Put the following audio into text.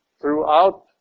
Throughout